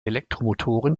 elektromotoren